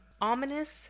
Ominous